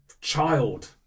child